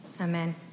Amen